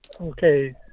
okay